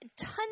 tons